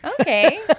Okay